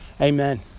Amen